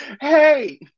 Hey